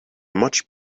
much